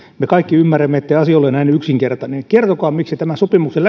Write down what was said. me kaikki ymmärrämme ettei asia ole näin yksinkertainen kertokaa miksi tämän sopimuksen